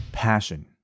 passion